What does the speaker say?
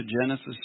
Genesis